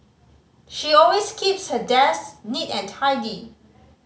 she always keeps her desk neat and tidy